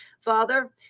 Father